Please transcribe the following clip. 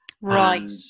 Right